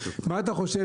מה אתה חושב?